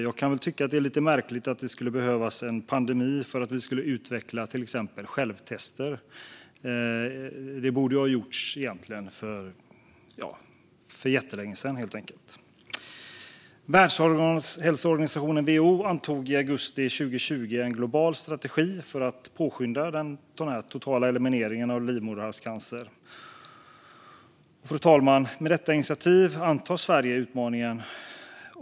Jag kan väl tycka att det är lite märkligt att det skulle behövas en pandemi för att vi skulle utveckla till exempel självtester; detta borde ha gjorts för jättelänge sedan. Världshälsoorganisationen, WHO, antog i augusti 2020 en global strategi för att påskynda den totala elimineringen av livmoderhalscancer. Med detta initiativ, fru talman, antar Sverige utmaningen.